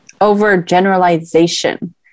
Overgeneralization